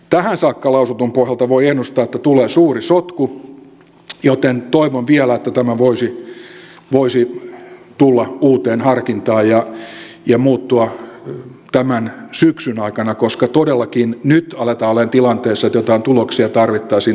tähän saakka lausutun pohjalta voi ennustaa että tulee suuri sotku joten toivon vielä että tämä voisi tulla uuteen harkintaan ja muuttua tämän syksyn aikana koska todellakin nyt aletaan olemaan tilanteessa että joitain tuloksia tarvittaisiin tässä ja nyt